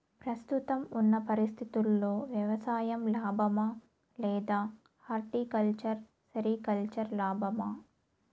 ప్రస్తుతం ఉన్న పరిస్థితుల్లో వ్యవసాయం లాభమా? లేదా హార్టికల్చర్, సెరికల్చర్ లాభమా?